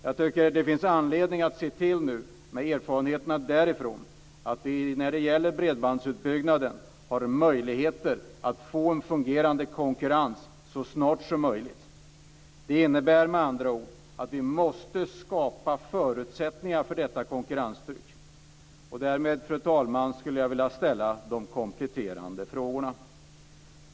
Jag tycker att det finns anledning att med erfarenheterna därifrån vid bredbandsutbyggnaden så snart som möjligt skapa en fungerande konkurrens. Det innebär att vi måste skapa förutsättningar för ett konkurrenstryck. Därmed, fru talman, skulle jag vilja ställa de kompletterande frågorna.